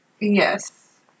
Yes